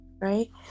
right